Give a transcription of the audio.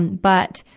and but,